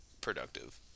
productive